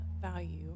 value